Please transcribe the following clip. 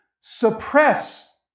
suppress